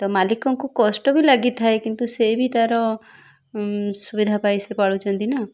ତ ମାଲିକଙ୍କୁ କଷ୍ଟ ବି ଲାଗିଥାଏ କିନ୍ତୁ ସେ ବି ତାର ସୁବିଧା ପାଇଁ ସେ ପାଳୁଛନ୍ତି ନା